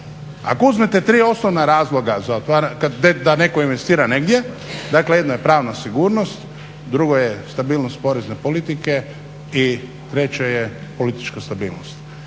Ako uzmete tri osnovna razloga da netko investira negdje, dakle jedno je pravna sigurnost, drugo je stabilnost porezne politike i treće je politička stabilnost.